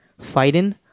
fighting